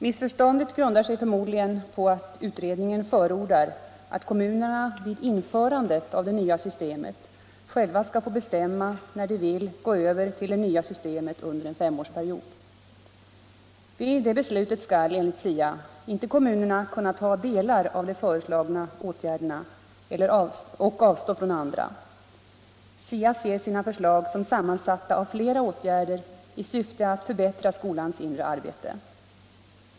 Missförståndet grundar sig förmodligen på att utredningen förordar att kommunerna vid införandet av det nya systemet själva skall få bestämma när de vill gå över till det nya systemet under en femårsperiod. Vid det beslutet skall, enligt SIA, inte kommunerna kunna ta delar av föreslagna åtgärder och avstå från andra. SIA ser sina förslag som sammansatta av flera åtgärder i syfte att förbättra skolans inre arbete.